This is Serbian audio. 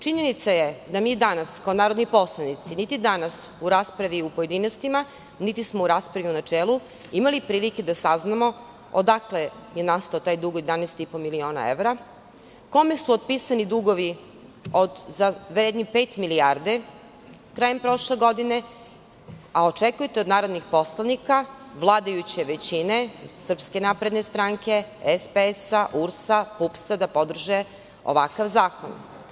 Činjenica je da mi danas kao narodni poslanici, niti danas u raspravi u pojedinostima, niti smo u raspravi u načelu imali prilike da saznamo odakle je nastao taj dug od 11,5 miliona evra, kome su otpisani dugovi vredni pet milijardi krajem prošle godine, a očekujete od narodnih poslanika vladajuće većine, SNS, SPS, URS, PUPS, da podrže ovakav zakon.